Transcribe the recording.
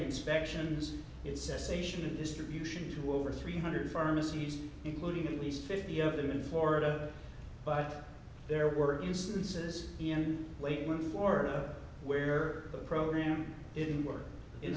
inspections it's cessation and distribution to over three hundred pharmacies including at least fifty of them in florida but there were instances in late with florida where the program didn't work in